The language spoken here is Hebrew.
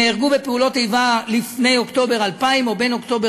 שהוריהם נהרגו בפעולת איבה לפני אוקטובר 2000 או בין אוקטובר